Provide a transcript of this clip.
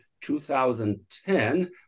2010